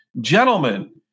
Gentlemen